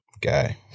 Guy